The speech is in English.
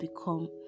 become